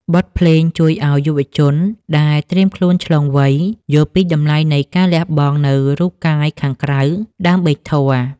បទភ្លេងជួយឱ្យយុវជនដែលត្រៀមខ្លួនឆ្លងវ័យ យល់ពីតម្លៃនៃការលះបង់នូវរូបកាយខាងក្រៅដើម្បីធម៌។